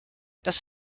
das